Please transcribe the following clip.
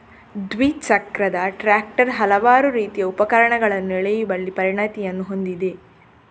ದ್ವಿಚಕ್ರದ ಟ್ರಾಕ್ಟರ್ ಹಲವಾರು ರೀತಿಯ ಉಪಕರಣಗಳನ್ನು ಎಳೆಯುವಲ್ಲಿ ಪರಿಣತಿಯನ್ನು ಹೊಂದಿದೆ